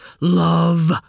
love